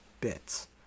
bits